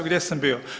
Gdje sam bio?